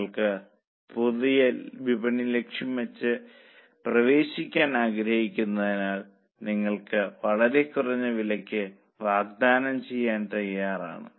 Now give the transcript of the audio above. നിങ്ങൾ പുതിയ വിപണി ലക്ഷ്യം വെച്ച് പ്രവേശിക്കാൻ ആഗ്രഹിക്കുന്നതിനാൽ നിങ്ങൾ വളരെ കുറഞ്ഞ വിലയ്ക്ക് വാഗ്ദാനം ചെയ്യാൻ തയ്യാറാണ്